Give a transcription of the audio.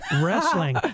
wrestling